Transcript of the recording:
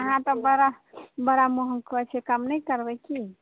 अहाँ अहाँ तऽ बड़ा महग कहैत छियै से कम नहि करबै की